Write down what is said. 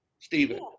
Stephen